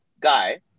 guy